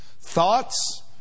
Thoughts